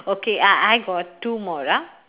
okay I I got two more ah